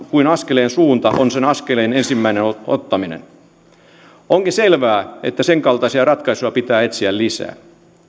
kuin askeleen suunta on sen ensimmäisen askeleen ottaminen onkin selvää että senkaltaisia ratkaisuja pitää etsiä lisää